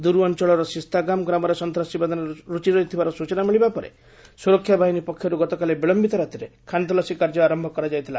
ଦୂରୁ ଅଞ୍ଚଳର ସିସ୍ତାଗାମ ଗ୍ରାମରେ ସନ୍ତାସବାଦୀମାନେ ଲୁଚି ରହିଥିବାର ସ୍ଚଚନା ମିଳିବା ପରେ ସୁରକ୍ଷା ବାହିନୀ ପକ୍ଷର୍ତ୍ତକାଲି ବିଳୟିତ ରାତିରେ ଖାନତଲାସୀ କାର୍ଯ୍ୟ ଅରୟ କରାଯାଇଥିଲା